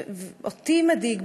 אותי מדאיג,